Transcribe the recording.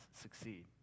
succeed